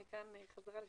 מכאן חזרה לשלומי.